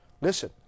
Listen